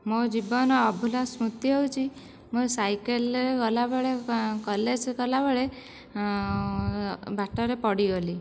ମୋ ଜୀବନ ଅଭୁଲା ସ୍ମୃତି ହେଉଛି ମୋ ସାଇକେଲରେ ଗଲାବେଳେ କଲେଜ ଗଲାବେଳେ ବାଟରେ ପଡ଼ିଗଲି